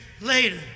later